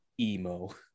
emo